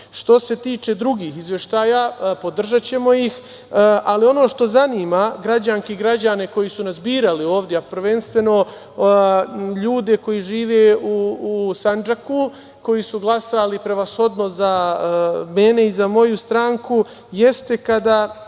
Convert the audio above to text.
se tiče drugih izveštaja, podržaćemo ih, ali ono što zanima građanke i građane koji su nas birali ovde, a prvenstveno ljude koji žive u Sandžaku, koji su glasali prevashodno za mene i za moju stranku, jeste kada